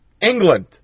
England